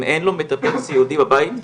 אם אין לו מטפל סיעודי בבית,